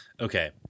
Okay